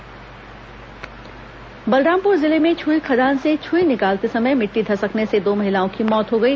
हादसा बलरामपुर जिले में छुईखदान से छुई निकालते समय मिट्टी धसकने से दो महिलाओं की मौत हो गई